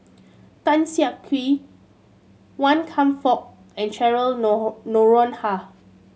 Tan Siak Kew Wan Kam Fook and Cheryl Noronha